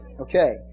Okay